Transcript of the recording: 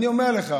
אני אומר לך: